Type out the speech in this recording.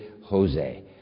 Jose